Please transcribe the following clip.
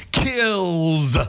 kills